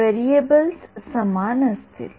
variables समान असतील